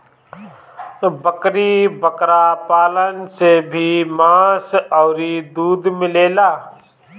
बकरी बकरा पालन से भी मांस अउरी दूध मिलेला